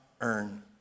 earn